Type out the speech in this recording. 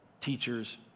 teachers